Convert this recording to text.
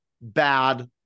bad